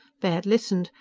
baird listened,